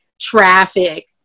traffic